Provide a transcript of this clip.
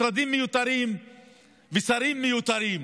משרדים מיותרים ושרים מיותרים.